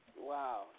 Wow